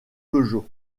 peugeot